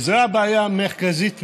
וזו בעיה מרכזית מאוד.